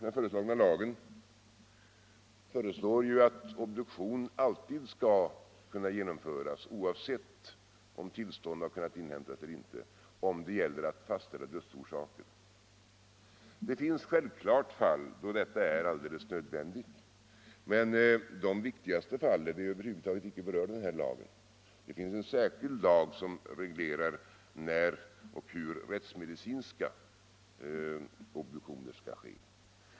I lagen föreslås att obduktion alltid skall kunna genomföras, oavsett om tillstånd har kunnat inhämtas eller inte, om det gäller att fastställa dödsorsaken. Självfallet finns det fall när detta är alldeles nödvändigt, men de viktigaste av de fallen är över huvud taget inte berörda av den här lagen. Det finns en särskild lag som reglerar när och hur rättsmedicinska obduktioner skall ske.